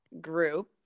group